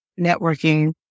networking